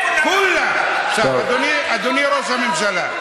אדוני ראש הממשלה,